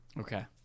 Okay